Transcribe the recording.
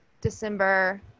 December